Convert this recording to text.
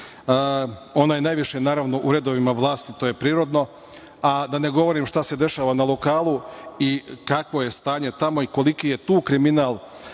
Ona je najviše, naravno, u redovima vlasti, to je prirodno, a da ne govorim šta se dešava na lokalu i kakvo je stanje tamo i koliki je tu kriminal